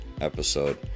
episode